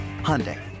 Hyundai